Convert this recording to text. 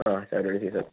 ആ ശബരിമല സീസൺ